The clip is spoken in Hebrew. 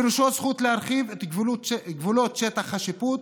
פירושו זכות להרחיב את גבולות שטח השיפוט,